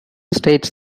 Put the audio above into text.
states